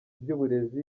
by’uburezi